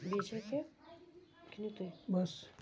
بَس